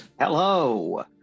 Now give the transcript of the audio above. Hello